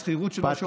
השכירות שלו עולה.